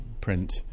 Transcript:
print